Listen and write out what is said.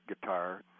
guitar